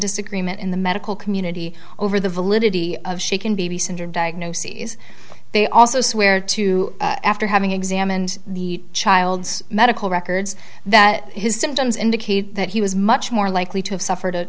disagreement in the medical community over the validity of shaken baby syndrome diagnoses they also swear to after having examined the child's medical records that his symptoms indicate that he was much more likely to have suffered a